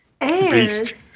beast